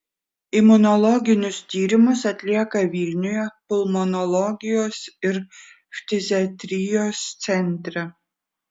imunologinius tyrimus atlieka vilniuje pulmonologijos ir ftiziatrijos centre